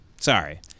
Sorry